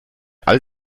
all